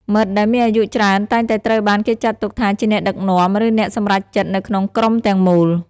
មិត្តដែលមានអាយុច្រើនតែងតែត្រូវបានគេចាត់ទុកថាជាអ្នកដឹកនាំ ឬអ្នកសម្រេចចិត្តនៅក្នុងក្រុមទាំងមូល។